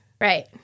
Right